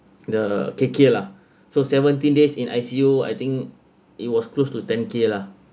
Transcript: the K_K lah so seventeen days in I_C_U I think it was close to ten k lah